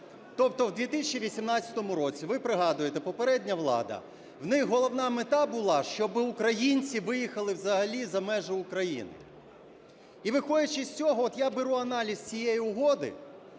Тобто в 2018 році, ви пригадуєте, попередня влада, в них головна мета була, щоб українці виїхали взагалі за межі України. І, виходячи з цього, от я беру аналіз цієї угоди,